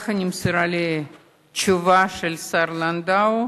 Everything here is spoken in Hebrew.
נמסרה התשובה של השר לנדאו.